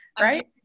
Right